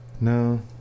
No